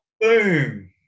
Boom